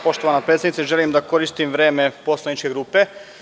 Poštovana predsednice, želim da koristim vreme poslaničke grupe.